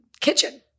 kitchen